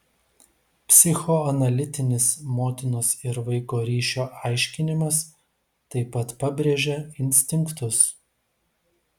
psichoanalitinis motinos ir vaiko ryšio aiškinimas taip pat pabrėžia instinktus